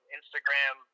Instagram